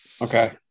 Okay